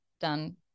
done